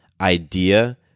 idea